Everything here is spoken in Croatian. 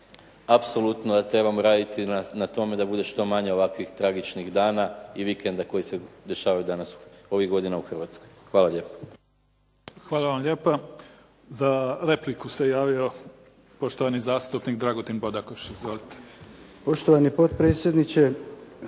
apsolutno trebamo raditi na tome da bude što manje ovakvih tragičnih dana i vikenda koji se dešavaju ovih godina u Hrvatskoj. Hvala lijepo. **Mimica, Neven (SDP)** Hvala vam lijepa. Za repliku se javio poštovani zastupnik Dragutin Bodakoš. Izvolite.